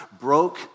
broke